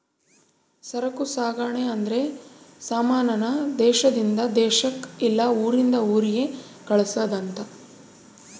ಸರಕು ಸಾಗಣೆ ಅಂದ್ರೆ ಸಮಾನ ನ ದೇಶಾದಿಂದ ದೇಶಕ್ ಇಲ್ಲ ಊರಿಂದ ಊರಿಗೆ ಕಳ್ಸದ್ ಅಂತ